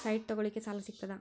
Site ತಗೋಳಿಕ್ಕೆ ಸಾಲಾ ಸಿಗ್ತದಾ?